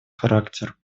характер